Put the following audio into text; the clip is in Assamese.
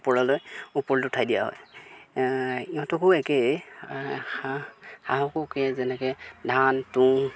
ওপৰলৈ ওপৰলৈ উঠাই দিয়া হয় ইহঁতকো একেই হাঁহ হাঁহকো একেই যেনেকৈ ধান তুঁহ